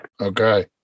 Okay